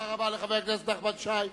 תודה רבה לחבר הכנסת נחמן שי.